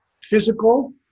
physical